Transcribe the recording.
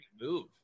move